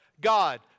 God